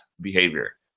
behavior